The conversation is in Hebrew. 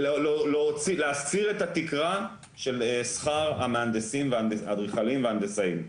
להסיר את התקרה של שכר האדריכלים וההנדסאים,